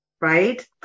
right